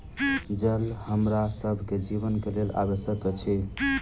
जल हमरा सभ के जीवन के लेल आवश्यक अछि